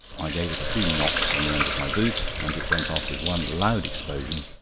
i gave it a few knocks on the end of my boot, and it went off with one loud explosion,